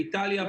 באיטליה,